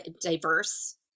diverse